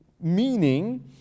meaning